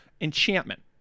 Enchantment